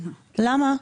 למה?